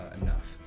enough